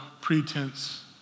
pretense